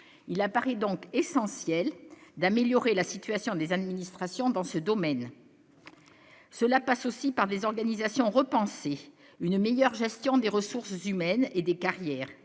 il apparaît donc essentiel d'améliorer la situation des administrations dans ce domaine, cela passe aussi par des organisations repenser une meilleure gestion des ressources humaines et des carrières